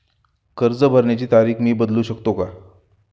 कर्ज भरण्याची तारीख मी बदलू शकतो का?